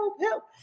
Help